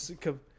Come